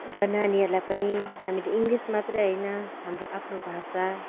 र नानीहरूलाई पनि हामीले इङ्लिस मात्र होइन हाम्रो आफ्नो भाषा